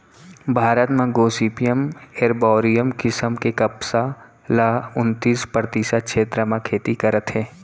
भारत म Gossypium arboreum किसम के कपसा ल उन्तीस परतिसत छेत्र म खेती करत हें